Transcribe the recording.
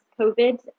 COVID